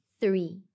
three